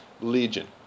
legion